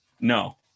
no